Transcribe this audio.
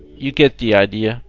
you get the idea.